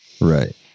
Right